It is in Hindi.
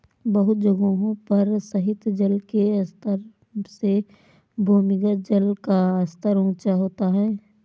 बहुत जगहों पर सतही जल के स्तर से भूमिगत जल का स्तर ऊँचा होता है